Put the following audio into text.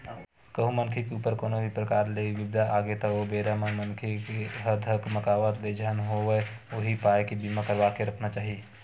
कहूँ मनखे के ऊपर कोनो भी परकार ले बिपदा आगे त ओ बेरा म मनखे ह धकमाकत ले झन होवय उही पाय के बीमा करवा के रखना चाही